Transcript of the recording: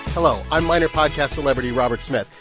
hello. i'm minor podcast celebrity robert smith,